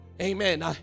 Amen